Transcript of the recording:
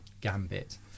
gambit